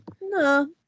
No